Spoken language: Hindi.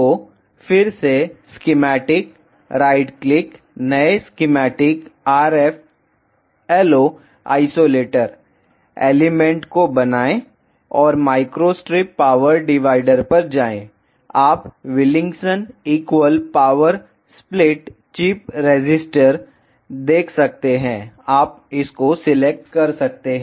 तो फिर से स्कीमैटिक राइट क्लिक नए schematic RF LO isolator element को बनाएं और माइक्रोस्ट्रिप पावर डिवाइडर पर जाएं आप Wilkinson equal power split chip resistor देख सकते हैं आप इस को सिलेक्ट कर सकते हैं